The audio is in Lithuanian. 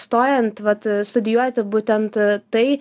stojant vat studijuoti būtent tai